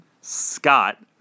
Scott